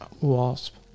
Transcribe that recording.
wasp